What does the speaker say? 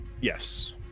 yes